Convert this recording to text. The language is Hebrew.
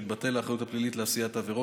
תתבטל האחריות הפלילית לעשיית העבירות